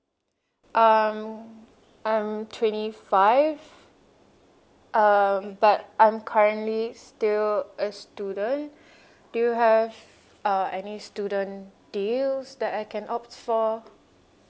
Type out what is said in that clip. um I'm twenty five um but I'm currently still a student do you have uh any student deals that I can opt for